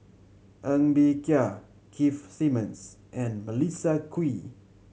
Ng Bee Kia Keith Simmons and Melissa Kwee